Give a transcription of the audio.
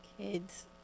Kids